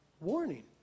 warning